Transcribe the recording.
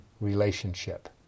relationship